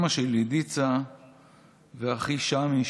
אימא שלי דיצה ואחי שמי,